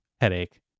Headache